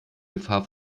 gefahr